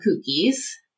Cookies